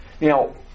Now